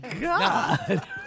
God